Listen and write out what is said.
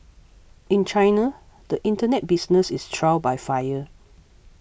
in China the Internet business is trial by fire